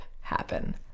happen